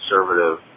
conservative